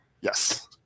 yes